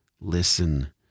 Listen